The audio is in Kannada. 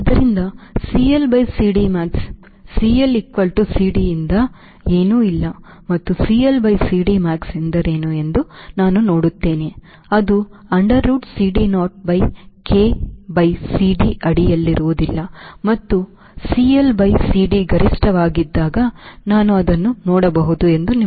ಆದ್ದರಿಂದ CL by CD max clcd ನಿಂದ ಏನೂ ಇಲ್ಲ ಮತ್ತು CL by CD max ಎಂದರೇನು ಎಂದು ನಾನು ನೋಡುತ್ತೇನೆ ಅದು under root CD naught by K by CD ಅಡಿಯಲ್ಲಿರುವುದಿಲ್ಲ ಮತ್ತು CL by CD ಗರಿಷ್ಠವಾಗಿದ್ದಾಗ ನಾನು ಅದನ್ನು ನೋಡಬಹುದು ಎಂದು ನಿಮಗೆ ತಿಳಿದಿದೆ